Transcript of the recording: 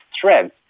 threads